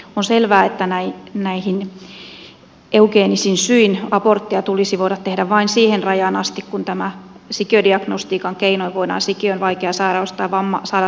on selvää että eugeenisin syin aborttia tulisi voida tehdä vain siihen rajaan asti kun sikiödiagnostiikan keinoin voidaan sikiön vaikea sairaus tai vamma saada selville